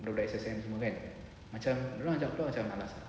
budak budak S_S_M semua kan macam dorang ajak keluar macam malas ah